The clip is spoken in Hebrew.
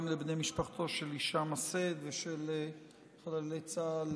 גם לבני משפחתו של הישאם א-סיד ושל חללי צה"ל,